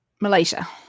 Malaysia